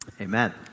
Amen